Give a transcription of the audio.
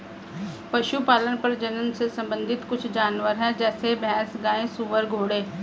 पशुपालन प्रजनन से संबंधित कुछ जानवर है जैसे भैंस, गाय, सुअर, घोड़े